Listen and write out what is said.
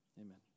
Amen